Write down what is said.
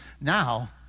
Now